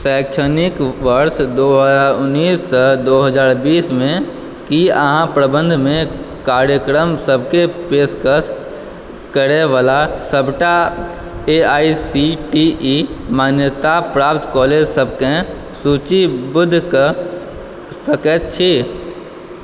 शैक्षणिक वर्ष दू हजार उन्नैससँ दू हजार बीसमे की अहाँ प्रबन्धनमे कार्यक्रम सभके पेशकश करयवला सभटा A I C T E मान्यताप्राप्त कॉलेजसभके सूचीबद्ध कऽ सकैत छी